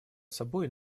собой